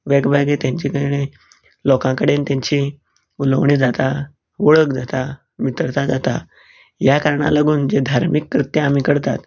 वेगवेगळे तेचें कडेन लोकां कडेन तेंची उलोवणी जाता वळख जाता विथरता जाता ह्या कारणाक लागून जे धार्मीक कृत्य आमी करतात